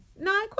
No